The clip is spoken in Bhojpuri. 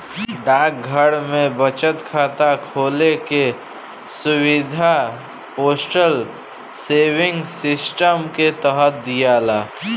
डाकघर में बचत खाता खोले के सुविधा पोस्टल सेविंग सिस्टम के तहत दियाला